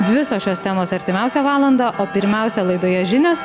visos šios temos artimiausią valandą o pirmiausia laidoje žinios